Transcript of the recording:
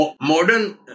modern